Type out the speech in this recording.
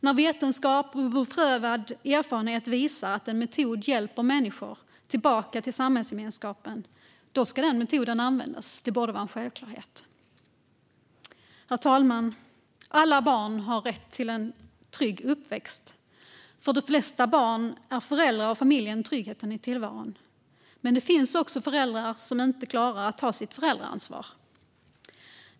När vetenskap och beprövad erfarenhet visar att en metod hjälper människor tillbaka till samhällsgemenskapen ska den metoden användas. Det borde vara en självklarhet. Herr talman! Alla barn har rätt till en trygg uppväxt. För de flesta barn är föräldrar och familjen tryggheten i tillvaron. Men det finns också föräldrar som inte klarar att ta sitt föräldraansvar.